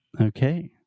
Okay